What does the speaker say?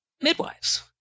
midwives